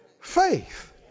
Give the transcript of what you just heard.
faith